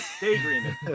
Daydreaming